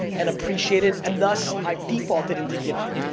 and appreciated, and thus, i've defaulted into giving,